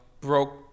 Broke